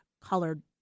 colored